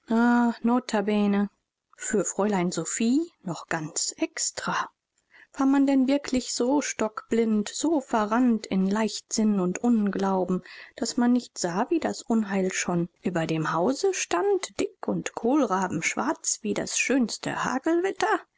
notabene für fräulein sophie noch ganz extra war man denn wirklich so stockblind so verrannt in leichtsinn und unglauben daß man nicht sah wie das unheil schon über dem hause stand dick und kohlrabenschwarz wie das schönste hagelwetter